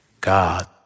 God